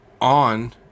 on